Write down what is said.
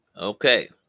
Okay